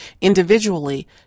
Individually